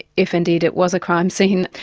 if indeed it was a crime scene,